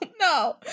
no